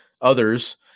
others